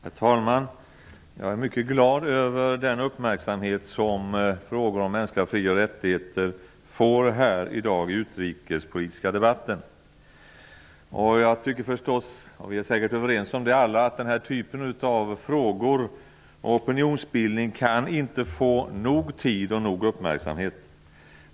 Herr talman! Jag är mycket glad över den uppmärksamhet som frågan om mänskliga fri och rättigheter får här i dag i den utrikespolitiska debatten. Vi är säkert alla överens om att den här typen av frågor och opinionsbildning inte kan få nog tid och nog uppmärksamhet.